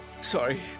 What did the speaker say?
Sorry